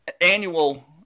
Annual